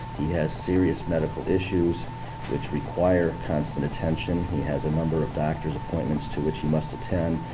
he has serious medical issues which require constant attention. he has a number of doctor's appointments to which he must attend.